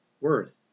worth